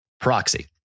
Proxy